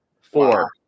four